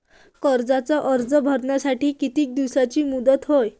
कर्जाचा अर्ज भरासाठी किती दिसाची मुदत हाय?